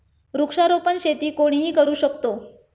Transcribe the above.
वृक्षारोपण शेती कोणीही करू शकतो